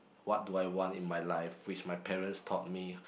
what do I want in my life which my parents taught me